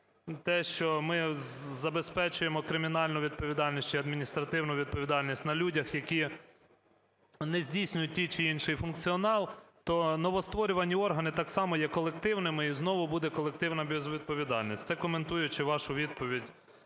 те, що ми забезпечуємо кримінальну відповідальність чи адміністративну відповідальність на людях, які не здійснюють той чи інший функціонал, то новостворювані органи так само є колективними. І знову буде колективна безвідповідальність. Це коментуючи вашу відповідь